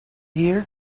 here